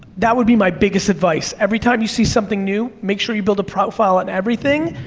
that would be my biggest advice. every time you see something new, make sure you build a profile on everything,